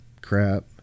Crap